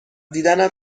دیدنت